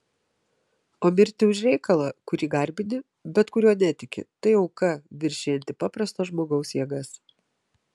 o mirti už reikalą kurį garbini bet kuriuo netiki tai auka viršijanti paprasto žmogaus jėgas